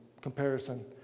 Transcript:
comparison